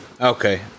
Okay